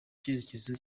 cyerekezo